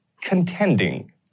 contending